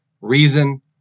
reason